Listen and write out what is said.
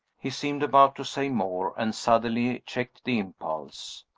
he seemed about to say more, and suddenly checked the impulse.